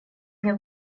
мне